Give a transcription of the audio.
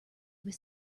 was